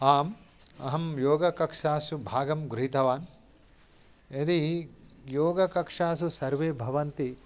आम् अहं योगकक्षासु भागं गृहीतवान् यदि योगकक्षासु सर्वे भवन्ति